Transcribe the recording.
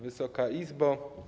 Wysoka Izbo!